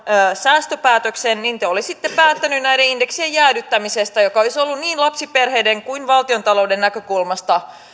säästöpäätöksen niin te olisitte päättäneet näiden indeksien jäädyttämisestä joka olisi ollut niin lapsiperheiden kuin valtiontalouden näkökulmasta